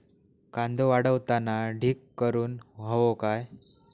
कांदो वाळवताना ढीग करून हवो काय?